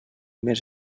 més